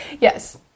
Yes